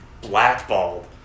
blackballed